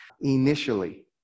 initially